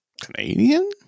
Canadian